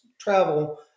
travel